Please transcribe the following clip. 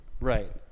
Right